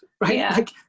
right